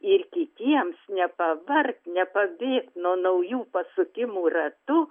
ir kitiems nepavargt nepabėgt nuo naujų pasukimų ratu